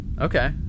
Okay